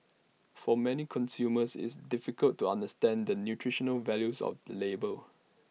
for many consumers it's difficult to understand the nutritional values of the label